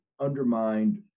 undermined